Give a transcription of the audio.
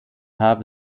habe